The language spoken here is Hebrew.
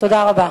תודה רבה.